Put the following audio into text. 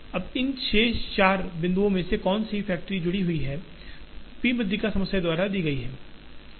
अब इन चार शेष बिंदुओं में से कौन सी फैक्ट्री से जुड़ी हुई है पी माध्यिका समस्या द्वारा दी गई है